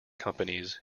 companies